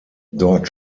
dort